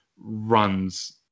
runs